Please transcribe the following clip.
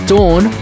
Dawn